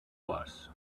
was